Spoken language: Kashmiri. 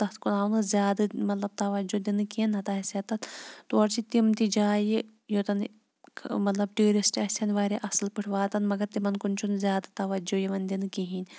تَتھ کُن آو نہٕ زیادٕ مطلب تَوَجو دِنہٕ کیٚنٛہہ نَتہٕ آسہِ ہا تَتھ تور چھِ تِم تہِ جایہِ یوٚتَن یہِ مطلب ٹیوٗرِسٹ آسہِ ہَن واریاہ اَصٕل پٲٹھۍ واتان مگر تِمَن کُن چھُنہٕ زیادٕ تَوَجو یِوان دِنہٕ کِہیٖنۍ